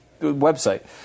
website